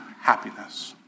happiness